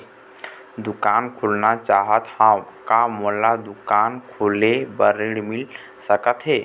दुकान खोलना चाहत हाव, का मोला दुकान खोले बर ऋण मिल सकत हे?